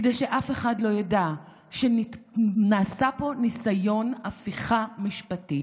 כדי שאף אחד לא ידע שנעשה פה ניסיון הפיכה משפטית.